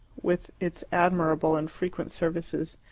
with its admirable and frequent services,